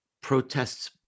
protests